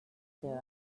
their